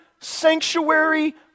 sanctuary